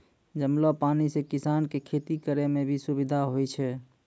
जमलो पानी से किसान के खेती करै मे भी सुबिधा होय छै